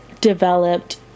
developed